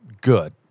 good